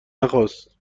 نخواست